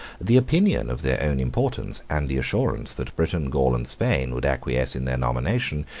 the opinion of their own importance, and the assurance that britain, gaul, and spain would acquiesce in their nomination,